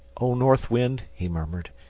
oh, north wind! he murmured,